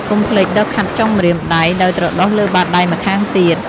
កុំភ្លេច ដុសខាត់ចុងម្រាមដៃ ដោយត្រដុសលើបាតដៃម្ខាងទៀត។